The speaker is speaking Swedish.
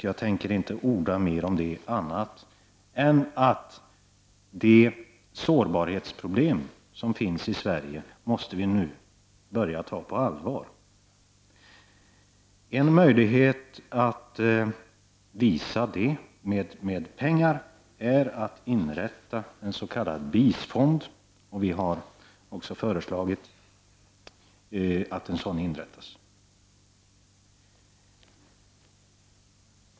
Jag tänker inte orda mer om detta annat än att säga att vi nu måste börja ta på allvar det sårbarhetsproblem som finns i Sverige. En möjlighet att visa det med pengar är att inrätta en s.k. BIS-fond, och vi har också föreslagit att en sådan inrättas.